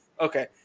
Okay